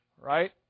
Right